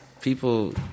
people